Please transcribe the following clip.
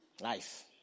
Life